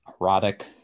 erotic